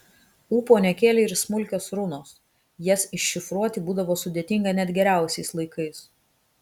ūpo nekėlė ir smulkios runos jas iššifruoti būdavo sudėtinga net geriausiais laikais